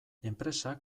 enpresak